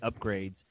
upgrades